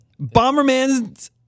Bomberman